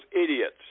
idiots